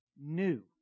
new